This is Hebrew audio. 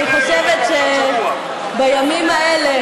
אני חושבת שבימים האלה,